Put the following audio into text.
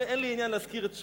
אין לי עניין להזכיר את שמו,